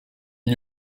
n’y